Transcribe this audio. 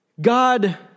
God